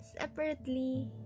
separately